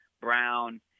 Brown